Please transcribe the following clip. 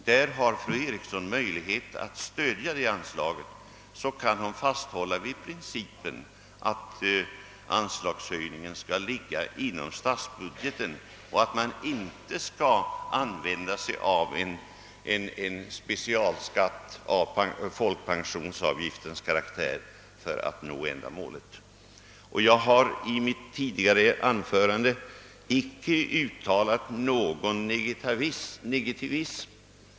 Därmed får fru Eriksson möjlighet att stödja det förslaget, så att hon kan fasthålla vid principen att anslagshöjningen skall ligga inom statsbudgetens ram och att man inte skall använda en specialskatt av folkpensionsavgiftens karaktär. Jag har inte utvecklat någon negativism.